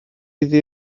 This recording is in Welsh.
iddi